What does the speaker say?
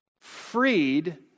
freed